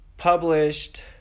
Published